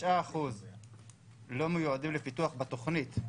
9% לא מיועדים לפיתוח בתוכנית.